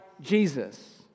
Jesus